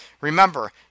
Remember